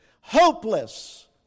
hopeless